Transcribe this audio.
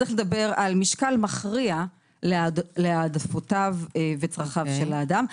יש לדבר על משקל מכריע להעדפותיו וצרכיו של האדם.